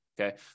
Okay